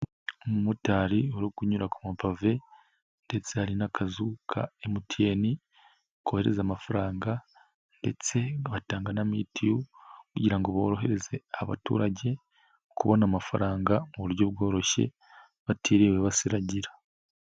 Umumotari uri kunyura ku mapave ndetse hari n'akazu ka MTN, kohereza amafaranga ndetse bagatanga na mitiyu kugira ngo borohereze abaturage, kubona amafaranga mu buryo bworoshye, batiriwe basiragira.